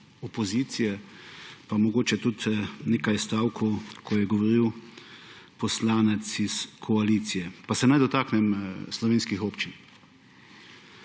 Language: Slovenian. opozicije, pa mogoče tudi nekaj stavkov, ko je govoril poslanec iz koalicije, pa se naj dotaknem slovenskih občin.